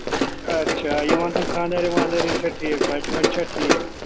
اَچھا یہِ وَنتَم خانٛدارٮ۪ن وانٛدارٮ۪ن چھا ٹھیٖک بَچہٕ وَچہٕ چھا ٹھیٖک